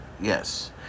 yes